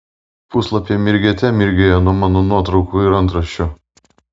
puslapiai mirgėte mirgėjo nuo mano nuotraukų ir antraščių